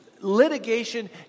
litigation